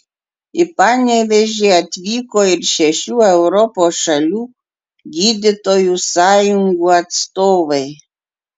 į panevėžį atvyko ir šešių europos šalių gydytojų sąjungų atstovai